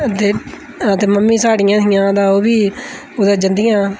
दे mummy साढ़ियां हियां तां ओह् बी कुतै जंदियां